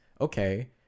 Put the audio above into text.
okay